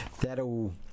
That'll